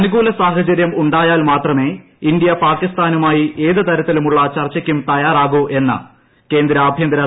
അനുകൂല സാഹചര്യം ഉണ്ട്ടാൽ മാത്രമേ ഇന്ത്യ പാകിസ്ഥാനുമായി ഏത് തരത്തിലുമുള്ള ചർച്ചിയ്ക്കും തയ്യാറാകൂ എന്ന് കേന്ദ്ര ആഭൃന്തര സഹമന്ത്രി വി